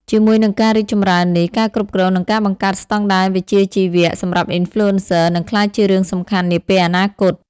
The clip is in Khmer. ជាមួយនឹងការរីកចម្រើននេះ ការគ្រប់គ្រង និងការបង្កើតស្តង់ដារវិជ្ជាជីវៈសម្រាប់ Influencer នឹងក្លាយជារឿងសំខាន់នាពេលអនាគត។